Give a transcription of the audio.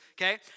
okay